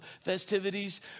festivities